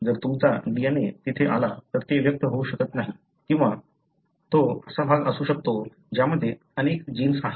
जर तुमचा DNA तेथे आला तर ते व्यक्त होऊ शकत नाही किंवा तो असा भाग असू शकतो ज्यामध्ये अनेक जीन्स आहेत